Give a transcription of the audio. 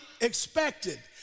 expected